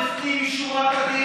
לפנים משורת הדין,